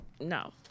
no